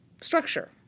structure